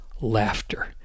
Laughter